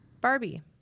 Barbie